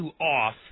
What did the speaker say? off